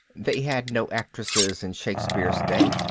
they had no actresses in shakespeare's day,